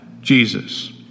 Jesus